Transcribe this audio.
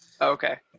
Okay